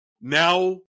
now